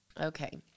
Okay